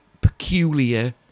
peculiar